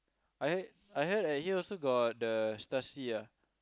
I head I heard a year also got the stars C ah